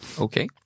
Okay